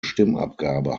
stimmabgabe